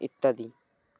ইত্যাদি